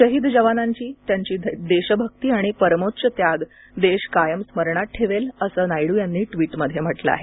शहीद जवानांची देशभक्ती आणि परमोच्च त्याग देश कायम स्मरणात ठेवेल असं नायडू यांनी ट्वीटमध्ये म्हटलं आहे